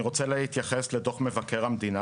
אני רוצה להתייחס לדוח מבקר המדינה,